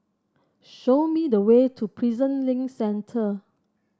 show me the way to Prison Link Centre